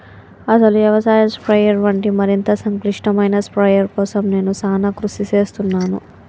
అసలు యవసాయ స్ప్రయెర్ వంటి మరింత సంక్లిష్టమైన స్ప్రయెర్ కోసం నేను సానా కృషి సేస్తున్నాను